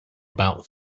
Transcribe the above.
about